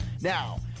Now